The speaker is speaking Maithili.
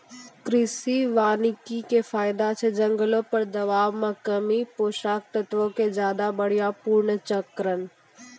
कृषि वानिकी के फायदा छै जंगलो पर दबाब मे कमी, पोषक तत्वो के ज्यादा बढ़िया पुनर्चक्रण